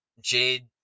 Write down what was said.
Jade